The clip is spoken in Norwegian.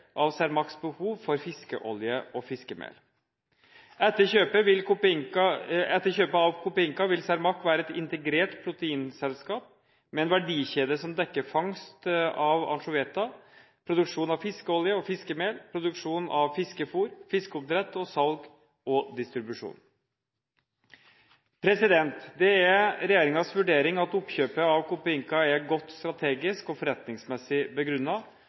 av Cermaqs behov for fiskeolje og fiskemel. Etter kjøpet av Copeinca vil Cermaq være et integrert proteinselskap med en verdikjede som dekker fangst av anchoveta, produksjon av fiskeolje og fiskemel, produksjon av fiskefôr, fiskeoppdrett, salg og distribusjon. Det er regjeringens vurdering at oppkjøpet av Copeinca er godt strategisk og forretningsmessig